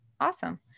Awesome